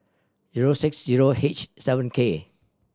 zero six zero H seven K